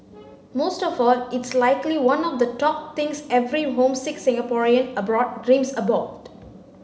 most of all it's likely one of the top things every homesick Singaporean abroad dreams about